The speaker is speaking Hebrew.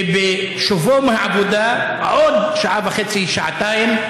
ובשובו מהעבודה, עוד שעה וחצי, שעתיים.